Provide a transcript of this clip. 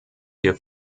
hier